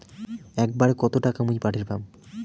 একবারে কত টাকা মুই পাঠের পাম?